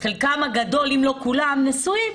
חלקם הגדול, אם לא כולם, נשואים.